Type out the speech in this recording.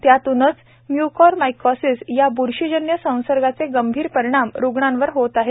त्यातूनच म्यूकोरमायकॉसिस या बुरशीजन्य संसर्गाचे गंभीर परिणाम रूग्णांवर होत आहेत